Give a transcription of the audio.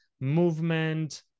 movement